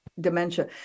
dementia